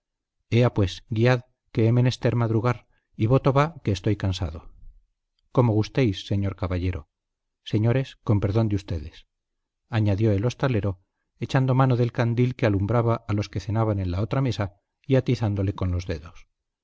ea pues guiad que he menester madrugar y voto va que estoy cansado como gustéis señor caballero señores con perdón de ustedes añadió el hostalero echando mano del candil que alumbraba a los que cenaban en la otra mesa y atizándole con los dedos